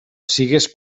sigues